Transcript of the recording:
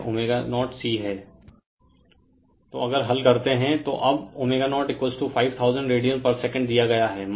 Refer Slide Time 1911 तो अगर हल करते हैं तो अब ω0 5000 रेडियन पर सेकंड दिया गया हैं